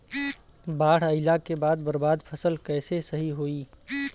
बाढ़ आइला के बाद बर्बाद फसल कैसे सही होयी?